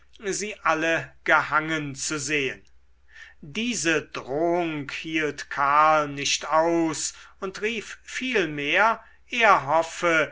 sie alle gehangen zu sehen diese drohung hielt karl nicht aus und rief vielmehr er hoffe